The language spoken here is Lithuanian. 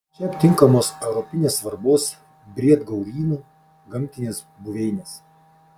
čia aptinkamos europinės svarbos briedgaurynų gamtinės buveinės